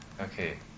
Okay